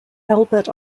albert